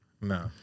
No